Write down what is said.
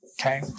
okay